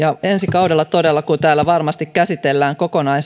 ensi kaudella todella kun täällä varmasti käsitellään